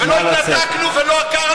זו התקדמות.